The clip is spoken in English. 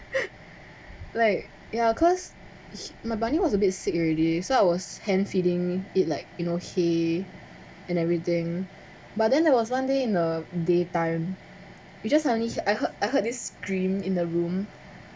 like ya cause my bunny was a bit sick already so I was hand feeding it like you know hay and everything but then there was one day in a daytime you just suddenly I heard I heard this scream in the room